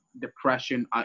depression